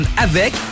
avec